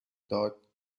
داد